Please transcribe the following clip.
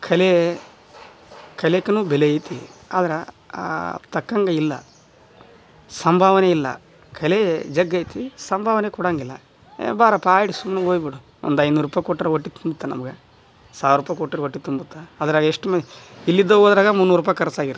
ಕಲೆ ಕಲೆಕುನು ಬೆಲೆ ಐತಿ ಆದ್ರ ಆ ತಕ್ಕಂಗೆ ಇಲ್ಲ ಸಂಭಾವನೆ ಇಲ್ಲ ಕಲೆ ಜಗ್ಗೈತಿ ಸಂಭಾವನೆ ಕೊಡಂಗಿಲ್ಲ ಬಾರಪ್ಪ ಹಾಡ್ ಸುಮ್ನೆಗೆ ಹೋಯ್ಬಿಡು ಒಂದು ಐನೂರು ರೂಪಾಯಿ ಕೊಟ್ಟರೆ ಹೊಟ್ಟಿ ತುಂಬ್ತಾ ನಮಗೆ ಸಾವಿರ ರೂಪಾಯಿ ಕೊಟ್ಟರೆ ಹೊಟ್ಟಿ ತುಂಬುತ್ತಾ ಅದ್ರಾಗೆಷ್ಟು ಮೆ ಇಲ್ಲಿದ್ದವದ್ರಗ ಮುನ್ನೂರು ರೂಪಾಯಿ ಖರ್ಚಾಗಿರ್ತೈ